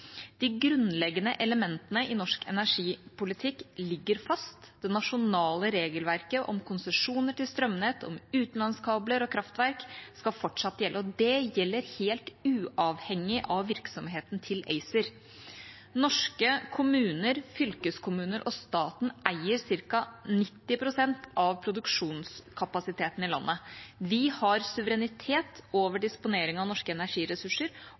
De grunnleggende elementene i norsk energipolitikk ligger fast. Det nasjonale regelverket om konsesjoner til strømnett, om utenlandskabler og kraftverk, skal fortsatt gjelde. Og det gjelder helt uavhengig av virksomheten til ACER. Norske kommuner, fylkeskommuner og staten eier ca. 90 pst. av produksjonskapasiteten i landet. Vi har suverenitet over disponeringen av norske energiressurser